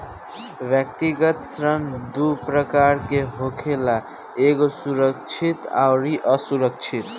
व्यक्तिगत ऋण दू प्रकार के होखेला एगो सुरक्षित अउरी असुरक्षित